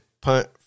punt